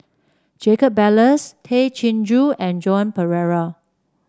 Jacob Ballas Tay Chin Joo and Joan Pereira